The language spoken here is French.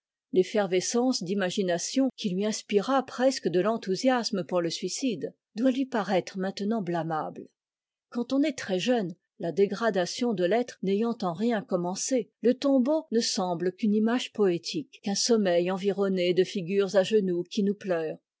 l'effervescence d'imagination qui lui inspira presque de l'enthousiasme pour le suicide doit lui paraître maintenant biamabte quand on est très-jeune la dégradation de l'être n'ayant en rien commencé te tombeau ne semble qu'une image poétique qu'un sommeil environné de figures à genoux qui nous pleurent